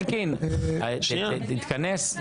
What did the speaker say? אלקין, תתכנס?